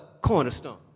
cornerstone